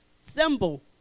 symbol